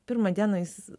pirmą dieną jis